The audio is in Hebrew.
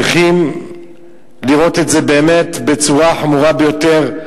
צריכים לראות את זה באמת בצורה חמורה ביותר,